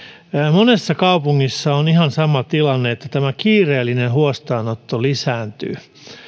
monessa kaupungissa on ihan sama tilanne että kiireellinen huostaanotto lisääntyy